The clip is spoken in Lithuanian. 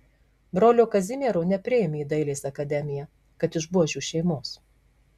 brolio kazimiero nepriėmė į dailės akademiją kad iš buožių šeimos